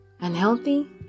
unhealthy